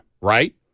Right